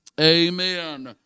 Amen